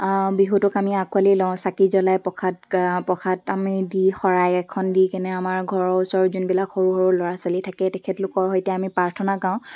বিহুটোক আমি আকোৱালি লওঁ চাকি জ্বলাই প্ৰসাদ প্ৰসাদ আমি দি শৰাই এখন দি কেনে আমাৰ ঘৰৰ ওচৰৰ যোনবিলাক সৰু সৰু ল'ৰা ছোৱালী থাকে তেখেতলোকৰ সৈতে আমি প্ৰাৰ্থনা গাওঁ